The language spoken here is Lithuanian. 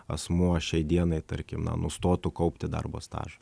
asmuo šiai dienai tarkim na nustotų kaupti darbo stažą